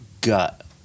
gut